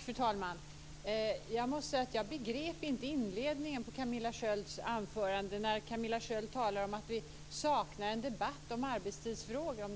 Fru talman! Jag begrep inte inledningen av Camilla Skölds anförande. Hon talade om att hon saknade en debatt om arbetstidsfrågor.